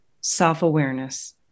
Self-awareness